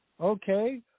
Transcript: Okay